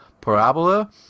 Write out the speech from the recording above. Parabola